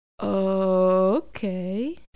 okay